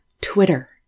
Twitter